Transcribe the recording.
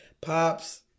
Pops